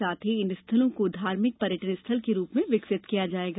साथ ही इन स्थलों को धार्मिक पर्यटन स्थल के रूप में विकसित किया जाएगा